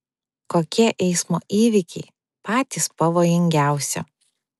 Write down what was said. kokie eismo įvykiai patys pavojingiausi